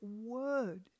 word